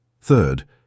Third